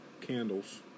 candles